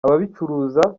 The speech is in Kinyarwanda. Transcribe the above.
ababicuruza